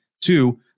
Two